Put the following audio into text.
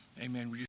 Amen